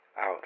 out